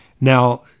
Now